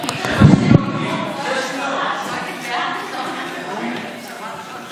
חלוקה ופיצול של הצעת חוק התוכנית הכלכלית